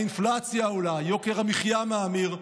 האינפלציה עולה, יוקר המחיה מאמיר,